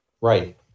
right